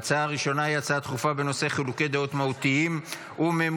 ההצעה הראשונה היא הצעה דחופה בנושא: חילוקי דעות מהותיים וממושכים